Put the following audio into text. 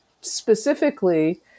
specifically